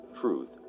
truth